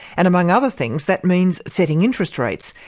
and among other things, that means setting interest rates,